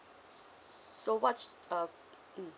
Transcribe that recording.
so what's uh mm